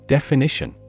Definition